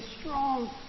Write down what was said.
strong